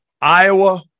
Iowa